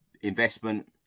investment